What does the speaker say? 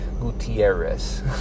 Gutierrez